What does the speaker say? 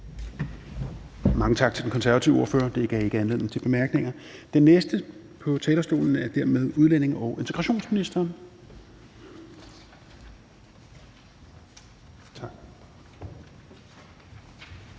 Mange tak til den konservative ordfører. Det gav ikke anledning til bemærkninger. Den næste på talerstolen er dermed udlændinge- og integrationsministeren.